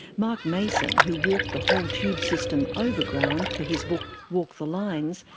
mark mason, who walked the whole tube system overground for his book walk the lines,